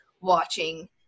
watching